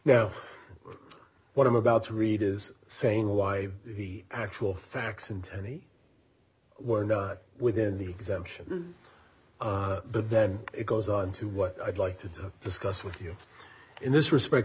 e now what i'm about to read is saying why the actual facts in tennessee were not within the exemption but then it goes on to what i'd like to discuss with you in this respect